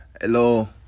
Hello